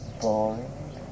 boring